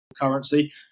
currency